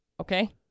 Okay